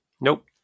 Nope